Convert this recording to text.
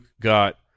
got